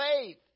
faith